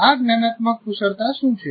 આ જ્ઞાનાત્મક કુશળતા શું છે